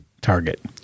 target